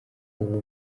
uwo